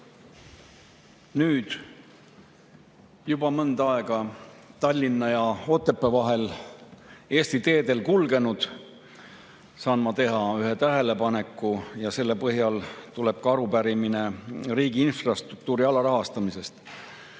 Nüüd juba mõnda aega Tallinna ja Otepää vahel Eesti teedel kulgenuna saan ma teha ühe tähelepaneku ja selle põhjal tuleb ka arupärimine riigi infrastruktuuri alarahastamise